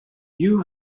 you